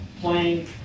playing